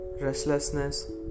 restlessness